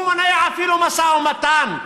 הוא מונע אפילו משא ומתן.